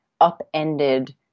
upended